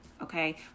okay